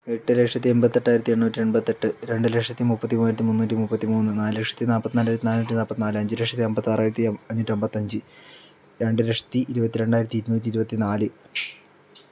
എട്ട് ലക്ഷത്തി എൺപത്തെട്ടായിരത്തി എണ്ണുറ്റി എൺപത്തിഎട്ട് രണ്ട് ലക്ഷത്തി മുപ്പത്തി മൂവായിരത്തി മുന്നൂറ്റി മുപ്പത്തി മൂന്ന് നാല് ലക്ഷത്തി നാപ്പത്തി നാലായിരത്തി നാഞ്ഞൂറ്റി നാപ്പത്തി നാല് അഞ്ച് ലക്ഷത്തി അമ്പത്താറായിരത്തി അഞ്ഞൂറ്റി എൺപത്തി അഞ്ച് രണ്ട് ലക്ഷത്തി ഇരുപത്ത്രണ്ടായിരത്തി ഇരുന്നൂറ്റി ഇരുപത്തി നാല്